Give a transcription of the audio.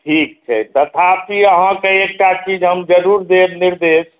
ठीक छै तथापि अहाँकेँ एकटा चीज हम जरुर देब निर्देश